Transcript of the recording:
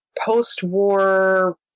post-war